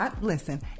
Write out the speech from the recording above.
Listen